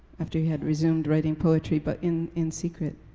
after he had resumed writing poetry, but in in secret,